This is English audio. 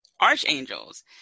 archangels